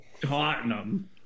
Tottenham